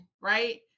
right